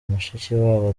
mushikiwabo